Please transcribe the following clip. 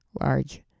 Large